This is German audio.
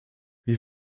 wir